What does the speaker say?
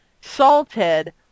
salted